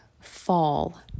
fall